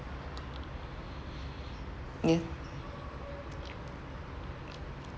yeah